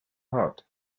hot